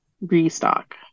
restock